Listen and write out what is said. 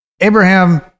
Abraham